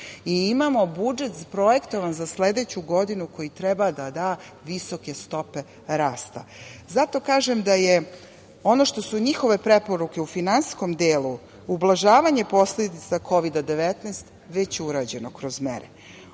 i imamo budžet projektovan za sledeću godinu koji treba da da visoke stope rasta. Zato kažem da je ono što su njihove preporuke u finansijskom delu, ublažavanje posledica Kovida 19, već urađeno kroz mere.